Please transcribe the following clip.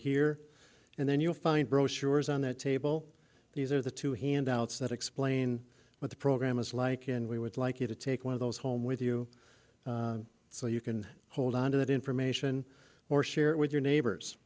here and then you'll find brochures on the table these are the two handouts that explain what the program is like and we would like you to take one of those home with you so you can hold on to that information or share it with your neighbors